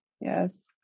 yes